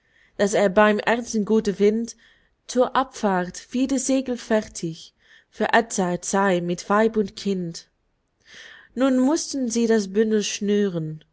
daß er beim ersten guten wind zur abfahrt wieder segelfertig für edzard sei mit weib und kind nun mußten sie das bündel schnüren